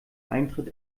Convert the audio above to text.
eintritt